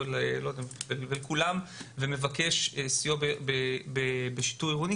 ומבקש סיוע בשיטור עירוני.